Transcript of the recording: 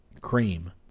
Cream